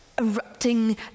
erupting